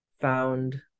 found